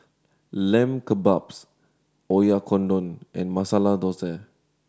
Lamb Kebabs Oyakodon and Masala Dosa